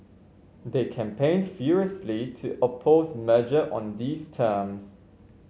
they campaigned furiously to oppose merger on these terms